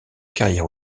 carrière